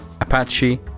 apache